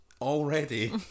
Already